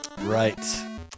Right